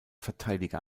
verteidiger